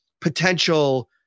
potential